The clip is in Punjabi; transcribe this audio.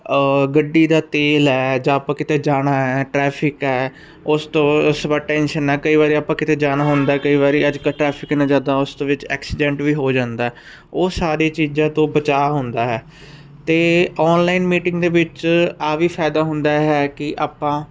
ਗੱਡੀ ਦਾ ਤੇਲ ਹੈ ਜਾਂ ਆਪਾਂ ਕਿਤੇ ਜਾਣਾ ਟਰੈਫਿਕ ਹੈ ਉਸ ਤੋਂ ਸਵ ਟੈਂਸ਼ਨ ਨਾ ਕਈ ਵਾਰੀ ਆਪਾਂ ਕਿਤੇ ਜਾਣਾ ਹੁੰਦਾ ਕਈ ਵਾਰੀ ਅੱਜ ਕੱਲ ਟਰੈਫਿਕ ਨੇ ਜਿਆਦਾ ਉਸ ਵਿੱਚ ਐਕਸੀਡੈਂਟ ਵੀ ਹੋ ਜਾਂਦਾ ਉਹ ਸਾਰੀ ਚੀਜ਼ਾ ਤੋਂ ਬਚਾਅ ਹੁੰਦਾ ਹੈ ਤੇ ਆਨਲਾਈਨ ਮੀਟਿੰਗ ਦੇ ਵਿੱਚ ਆਹ ਵੀ ਫਾਇਦਾ ਹੁੰਦਾ ਹੈ ਕਿ ਆਪਾਂ